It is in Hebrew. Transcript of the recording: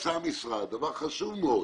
שעשה המשרד, דבר חשוב מאוד